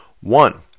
One